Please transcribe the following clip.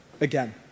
again